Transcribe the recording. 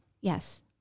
Yes